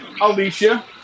Alicia